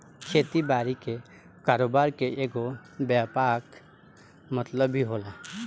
खेती बारी के कारोबार के एगो व्यापक मतलब भी होला